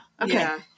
Okay